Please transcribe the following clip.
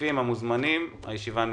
המשתתפים והמוזמנים, הישיבה נעולה.